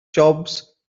jobs